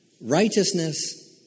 Righteousness